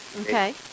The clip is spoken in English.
Okay